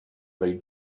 they